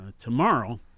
tomorrow